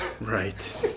Right